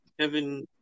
Kevin